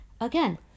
again